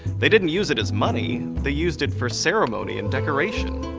they didn't use it as money they used it for ceremony and decoration.